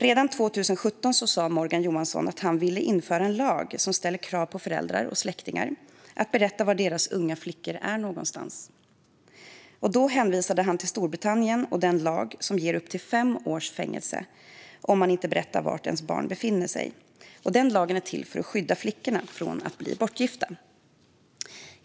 Redan 2017 sa Morgan Johansson att han ville införa en lag som ställer krav på föräldrar och släktingar att berätta var deras unga flickor är någonstans. Då hänvisade han till Storbritannien och den lag som ger upp till fem års fängelse om man inte berättar var ens barn befinner sig. Den lagen är till för att skydda flickorna från att bli bortgifta.